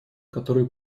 которые